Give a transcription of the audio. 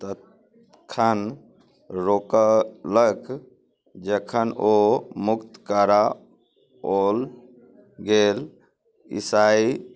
तखन रोकलक जखन ओ मुक्त कराओल गेल इसाइ